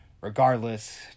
regardless